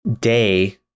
Day